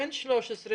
בן 13,